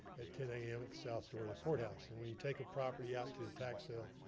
at ten am at the south door of the courthouse. and when you take a property out to the tax sale,